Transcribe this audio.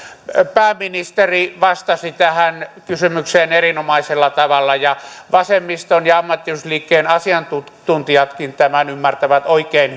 pääministeri vastasi tähän kysymykseen erinomaisella tavalla ja vasemmiston ja ammattiyhdistysliikkeen asiantuntijatkin tämän ymmärtävät oikein